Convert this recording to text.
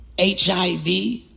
HIV